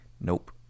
Nope